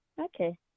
okay